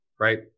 Right